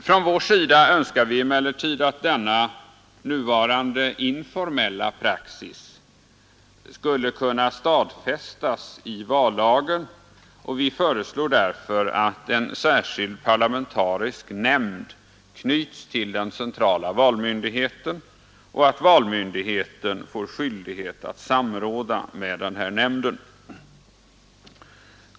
Från vår sida önskar vi emellertid att denna nuvarande, informella praxis skall stadfäs vallagen, och vi föreslår därför att en särskild parlamentarisk nämnd knyts till den centrala valmyndigheten och att valmyndigheten får skyldighet att samråda med den nämnden.